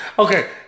Okay